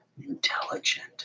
intelligent